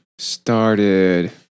Started